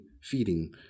feeding